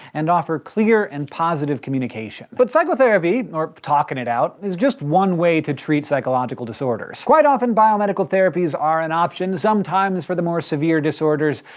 and offer clear and positive communication. but psychotherapy, or talking it out, is just one way to treat psychological disorders. quite often, biomedical therapies are an option, sometimes for the more severe disorders,